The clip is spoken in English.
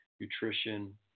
nutrition